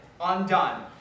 undone